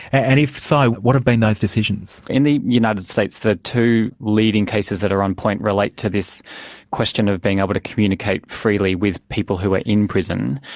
and if so, what have been those decisions? in the united states, the two leading cases that are on point relate to this question of being able to communicate freely with people who are in prison,